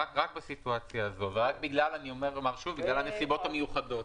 רק בסיטואציה הזאת ורק בגלל הנסיבות המיוחדות.